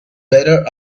better